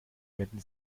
wenden